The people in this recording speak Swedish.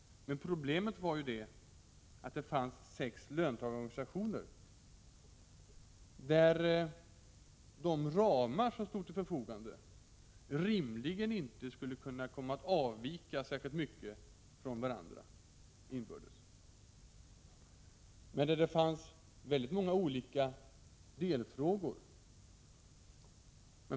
Problemet var att det fanns sex löntagarorganisationer. De ramar som stod till förfogande skulle rimligen inte komma att avvika särskilt mycket inbördes. Dessutom fanns det väldigt många olika delfrågor.